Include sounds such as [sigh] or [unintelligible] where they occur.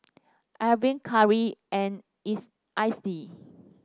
Iver Carri and [unintelligible] Icey